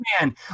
man